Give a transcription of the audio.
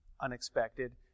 unexpected